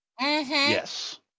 Yes